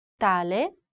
tale